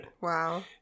Wow